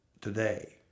Today